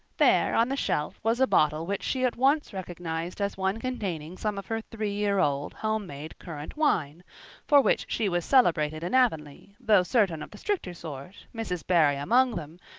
there on the shelf was a bottle which she at once recognized as one containing some of her three-year-old homemade currant wine for which she was celebrated in avonlea, although certain of the stricter sort, mrs. barry among them,